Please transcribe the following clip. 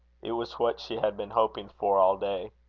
it was what she had been hoping for all day.